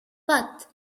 but